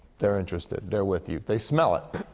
they're interested. they're with you. they smell it.